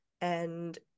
and-